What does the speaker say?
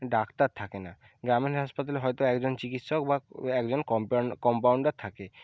doctor থাকে না গ্রামের হাসপাতালে হয়তো একজন চিকিৎসক বা একজন কম্পাউন্ডার থাকে